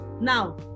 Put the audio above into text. Now